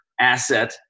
asset